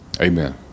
Amen